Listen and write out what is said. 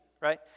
right